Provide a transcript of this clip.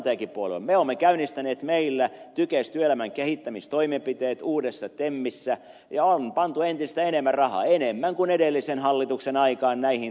me olemme käynnistäneet meillä tykes ohjelman työelämän kehittämistoimenpiteet uudessa temissä ja on pantu entistä enemmän rahaa enemmän kuin edellisen hallituksen aikaan näihin toimiin rahaa